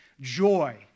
joy